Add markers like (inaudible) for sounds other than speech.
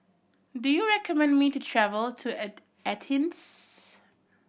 do you recommend me to travel to (unintelligible) Athens